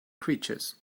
creatures